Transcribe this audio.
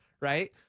right